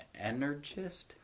energist